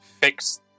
fix